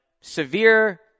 severe